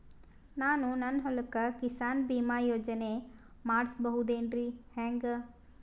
ನಾನು ನನ್ನ ಹೊಲಕ್ಕ ಕಿಸಾನ್ ಬೀಮಾ ಯೋಜನೆ ಮಾಡಸ ಬಹುದೇನರಿ ಹೆಂಗ?